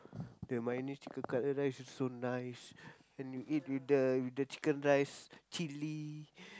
the mayonnaise chicken cutlet rice is so nice then you eat with the with the chicken rice chili